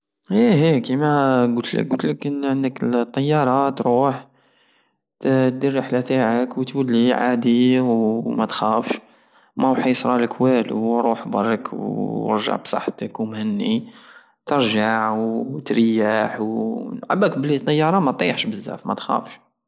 ايه ايه كيما قوتلك قوتلك الطيارة تروح ت- دير الرحلة تاعك وتولي عادي وماتخافش ماو رح يصارلك والو روح برك ورجع بصتك ومهني ترجع وتريح و- عبالك الطيارة ماطيحش بزاف متخافش